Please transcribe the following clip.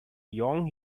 young